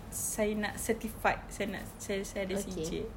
saya nak certified saya nak saya saya ada sijil